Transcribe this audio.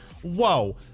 Whoa